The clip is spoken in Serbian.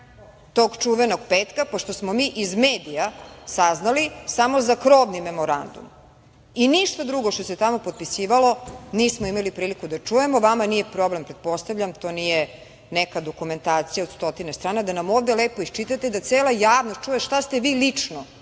tog čuvenog petka, pošto smo mi iz medija saznali samo za krovni memorandum i ništa drugo što se tamo potpisivalo nismo imali priliku da čujemo? Vama nije problem pretpostavljam, to nije neka dokumentacija od 100 strana, da nam ovde lepo iščitate i da cela javnost čuje šta ste vi lično